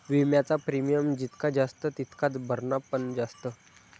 विम्याचा प्रीमियम जितका जास्त तितकाच भरणा पण जास्त